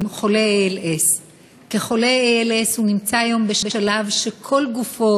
חולה ALS. כחולה ALS הוא נמצא היום בשלב שכל גופו